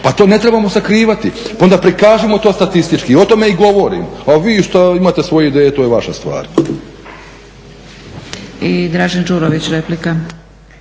Pa to ne trebamo sakrivati, pa onda prikažimo to statistički. O tome i govorim, a vi šta imate svoje ideje to je vaša stvar.